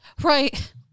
Right